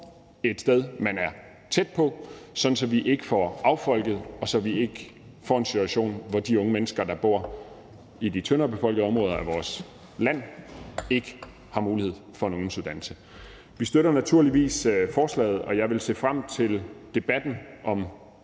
et sted, man er tæt på – sådan at vi ikke får affolket og ikke får en situation, hvor de unge mennesker, der bor i de tyndere befolkede områder af vores land, ikke har mulighed for en ungdomsuddannelse. Vi støtter naturligvis forslaget, og jeg vil se frem til debatten om